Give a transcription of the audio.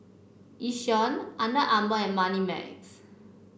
Yishion Under Armour and Moneymax